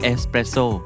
Espresso